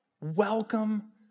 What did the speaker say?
Welcome